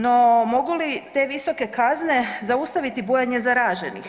No mogu li te visoke kazne zaustaviti bujanje zaraženih?